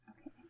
Okay